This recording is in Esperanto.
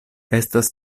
estas